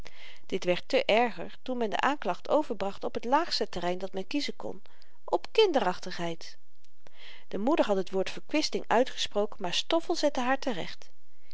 dit werd te erger toen men de aanklacht overbracht op t laagste terrein dat men kiezen kon op kinderachtigheid de moeder had het woord verkwisting uitgesproken maar stoffel zette haar te-recht